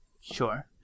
Sure